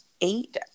eight